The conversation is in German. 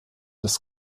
das